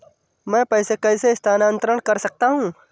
मैं पैसे कैसे स्थानांतरण कर सकता हूँ?